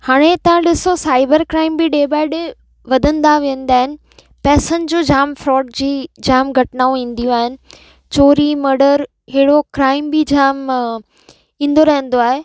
हाणे तव्हां ॾिसो साइबर क्राइम बि डे बाय डे वधंदा वेंदा आहिनि पैसनि जो जाम फ़्रॉड जी जाम घटनाऊं ईंदियूं आहिनि चोरी मडर हेड़ो क्राइम बि जाम ईंदो रहंदो आहे